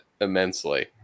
immensely